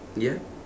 ya